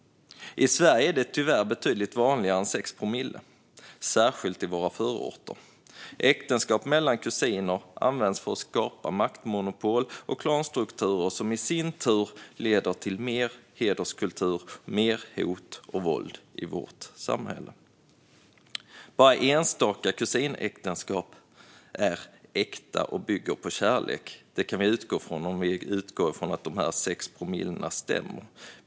I Sverige är andelen tyvärr betydligt högre än 6 promille, särskilt i våra förorter. Äktenskap mellan kusiner används för att skapa maktmonopol och klanstrukturer, som i sin tur leder till mer hederskultur och mer hot och våld i vårt samhälle. Bara enstaka kusinäktenskap är äkta och bygger på kärlek. Det kan vi utgå från om vi utgår från att siffran 6 promille stämmer.